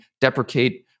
deprecate